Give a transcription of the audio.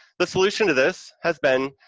the solution to this has been